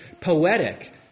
Poetic